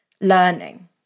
learning